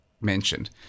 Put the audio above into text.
mentioned